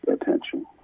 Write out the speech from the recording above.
attention